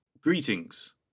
Greetings